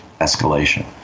escalation